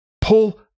Pull